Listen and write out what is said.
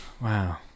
wow